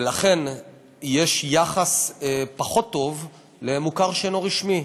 ולכן יש יחס פחות טוב למוכר שאינו רשמי.